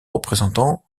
représentant